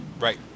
Right